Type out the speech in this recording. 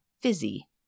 fizzy